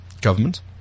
government